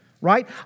Right